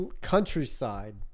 Countryside